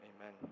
amen